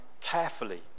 carefully